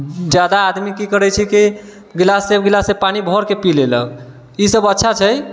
जादा आदमी की करै छै कि गिलासे गिलासे पानि भरिके पी लेलक ई सब अच्छा छै